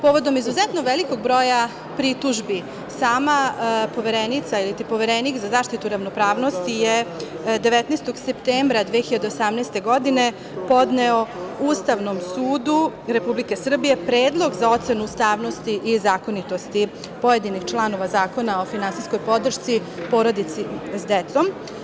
Povodom izuzetno velikog broja pritužbi, sama Poverenica ili Poverenik za zaštitu ravnopravnosti je 19. septembra 2018. godine podneo Ustavnom sudu Republike Srbije predlog za ocenu ustavnosti i zakonitosti pojedinih članova Zakona o finansijskoj podršci porodici sa decom.